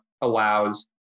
allows